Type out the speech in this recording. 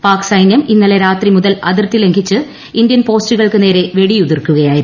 പാക് സൈന്യം ഇന്നലെ രാത്രി മുതൽ അതിർത്തി ലംഘിച്ച് ഇന്ത്യൻ പോസ്റ്റുകൾക്ക് നേരെ വെടിയുതിർക്കുകയായിരുന്നു